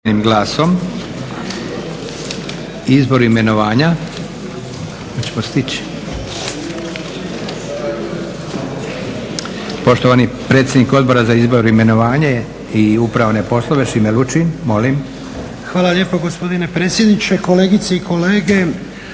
Hvala lijepa gospodine predsjedniče. Kolegice i kolege.